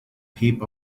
heap